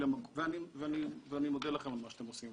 ואני מודה לכם על מה שאתם עושים.